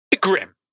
grim